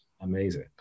amazing